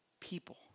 People